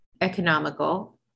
economical